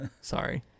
sorry